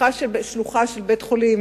פתיחת שלוחה של בית-חולים